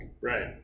Right